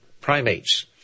primates